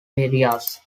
areas